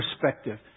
perspective